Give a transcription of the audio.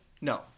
No